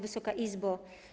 Wysoka Izbo!